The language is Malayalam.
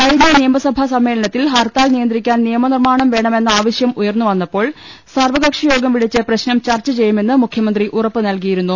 കഴിഞ്ഞ നിയമസഭാ സമ്മേളനത്തിൽ ഹർത്താൽ നിയന്ത്രിക്കാൻ നിയമനിർമാണം വേണമെന്ന ആവശ്യം ഉയർന്നു വന്നപ്പോൾ സർവകക്ഷി യോഗം വിളിച്ച് പ്രശ്നം ചർച്ച ചെയ്യുമെന്ന് മുഖ്യമന്ത്രി ഉറപ്പ് നൽകിയിരുന്നു